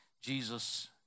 Jesus